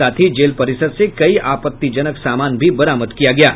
साथ ही जेल परिसर से कई आपत्तिजनक सामान भी बरामद किया है